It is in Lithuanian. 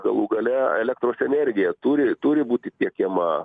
galų gale elektros energija turi turi būti tiekiama